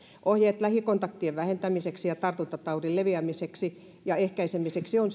ohjeet lähikontaktien vähentämiseksi ja tartuntataudin leviämisen ehkäisemiseksi on